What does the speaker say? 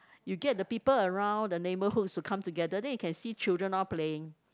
you get the people around the neighbourhood to come together then you can see children all playing